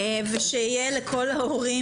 ואני מקווה שתהיה לכל ההורים